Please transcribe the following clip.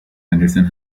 henderson